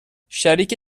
شریک